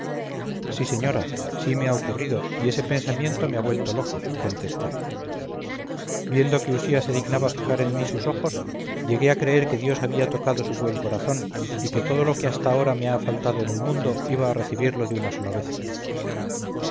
sí señora sí me ha ocurrido y ese pensamiento me ha vuelto loco contesté viendo que usía se dignaba fijar en mí sus ojos llegué a creer que dios había tocado su buen corazón y que todo lo que hasta ahora me ha faltado en el mundo iba a recibirlo de una sola vez